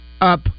up